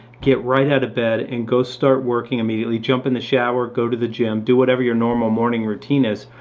get right out of bed and go start working immediately. jump in the shower, go to the gym. do whatever your normal morning routine is,